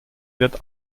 wird